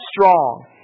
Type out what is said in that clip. strong